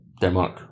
Denmark